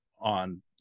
on